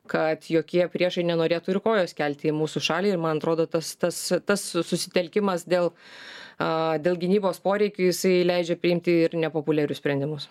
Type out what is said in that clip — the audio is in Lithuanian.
kad jokie priešai nenorėtų ir kojos kelti į mūsų šalį ir man atrodo tas tas tas susitelkimas dėl aaa dėl gynybos poreikių jisai leidžia priimti ir nepopuliarius sprendimus